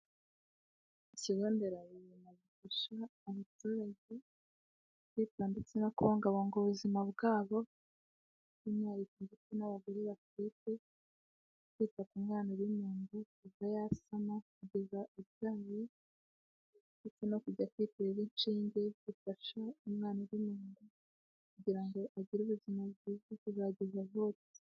Ikigo nderabuzima gufasha abaturage kwi ndetse no kubungabunga ubuzima bwabo bw'umwihariko ndetse n'abagore batwite kwita ku mwana w'intambo kuva yasama kugera itabi ndetse no kudafite inshinge bifasha umwana mu nda kugira ngo agire ubuzima bwiza bwo kugeza.